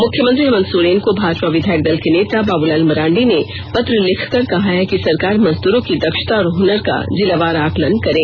मुख्यमंत्री हेमंत सोरेन को भाजपा विधायक दल के नेता बाबूलाल मरांडी ने पत्र लिखकर कहा है कि सरकार मजदूरों की दक्षता और हूनर का जिलावार आकलन करें